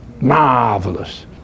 Marvelous